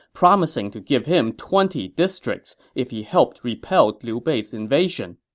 promising to give him twenty districts if he helped repel liu bei's invasion.